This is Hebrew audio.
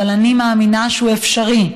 אבל אני מאמינה שהוא אפשרי.